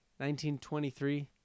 1923